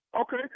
Okay